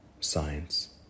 Science